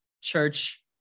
church